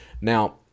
Now